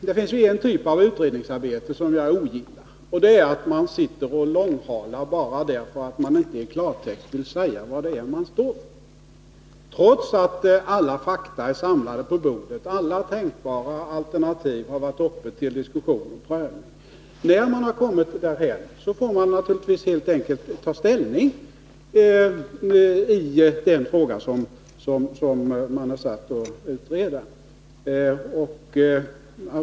Det finns en typavutredningsarbete som jag ogillar, och det är när man långhalar en fråga därför att man inte i klartext vill säga vad man står för — trots att alla fakta har lagts fram och alla tänkbara alternativ har varit uppe till diskussion. När man kommit så långt bör man naturligtvis helt enkelt ta ställning i den fråga som man är satt att utreda.